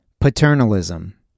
paternalism